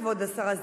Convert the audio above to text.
כבוד השרה,